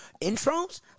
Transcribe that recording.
intros